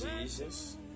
Jesus